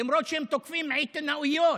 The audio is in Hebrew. למרות שהם תוקפים עיתונאיות.